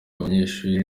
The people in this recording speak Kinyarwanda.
abanyeshuri